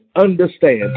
understand